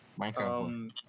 Minecraft